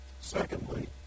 Secondly